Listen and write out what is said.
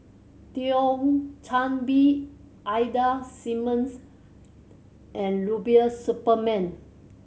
Thio Chan Bee Ida Simmons and Rubiah Suparman